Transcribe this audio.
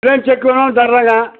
bank cheque வேணாலும் தர்றேங்க